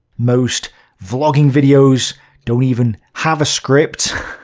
most vlogging videos don't even have a script.